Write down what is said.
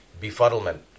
befuddlement